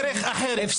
מהנרטיב?